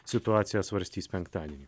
situaciją svarstys penktadienį